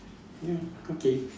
ya okay